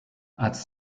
als